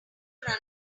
runner